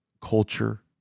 culture